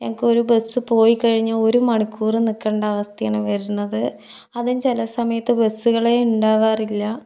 ഞങ്ങൾക്ക് ഒരു ബസ് പോയി കഴിഞ്ഞാൽ ഒരു മണിക്കൂറ് നിൽക്കേണ്ട അവസ്ഥയാണ് വരുന്നത് അതും ചില സമയത്ത് ബസ്സുകളെ ഉണ്ടാകാറില്ല